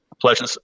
pleasure